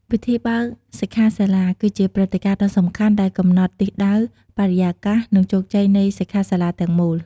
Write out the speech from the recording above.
ពិធីបើកសិក្ខាសាលា គឺជាព្រឹត្តិការណ៍ដ៏សំខាន់ដែលកំណត់ទិសដៅ បរិយាកាស និងជោគជ័យនៃសិក្ខាសាលាទាំងមូល។